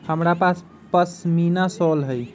हमरा पास पशमीना शॉल हई